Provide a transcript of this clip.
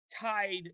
tied